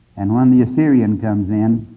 and when the assyrian comes in,